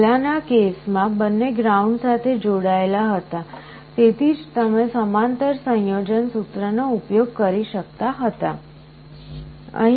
પહેલાના કેસમાં બંને ગ્રાઉન્ડ સાથે જોડાયેલા હતા તેથી જ તમે સમાંતર સંયોજન સૂત્રનો ઉપયોગ કરી શકતા હતા